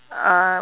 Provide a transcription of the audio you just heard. uh